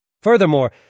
Furthermore